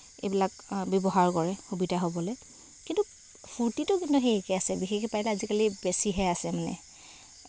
এইবিলাক ব্যৱহাৰ কৰে সুবিধা হ'বলৈ কিন্তু ফূৰ্তিটো কিন্তু সেই একেই আছে আজিকালি সেই বেছিহে আছে মানে